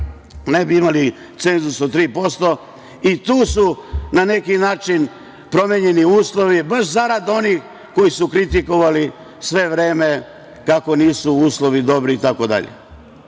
ne bi imali cenzus od 3% i tu su na neki način promenjeni uslovi, baš zarad onih koji su kritikovali sve vreme kako nisu uslovi dobri itd.U